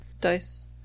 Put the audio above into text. dice